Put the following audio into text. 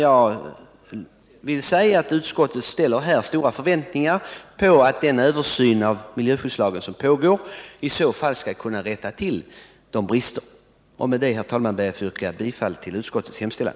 Jag vill säga att utskottet ställer stora förväntningar på att den översyn av miljöskyddslagen som pågår skall kunna rätta till bristerna. Med detta, herr talman, ber jag att få yrka bifall till utskottets hemställan.